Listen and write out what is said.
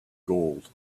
gold